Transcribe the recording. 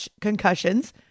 concussions